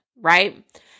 right